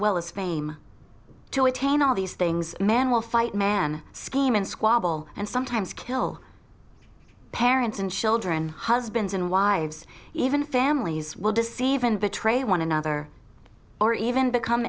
well as fame to attain all these things men will fight man scheme and squabble and sometimes kill parents and children husbands and wives even families will deceive and betray one another or even become